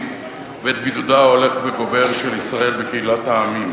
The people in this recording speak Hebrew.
ואת בידודה ההולך וגובר של ישראל בקהילת העמים.